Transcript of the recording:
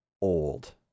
old